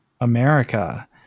America